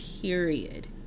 period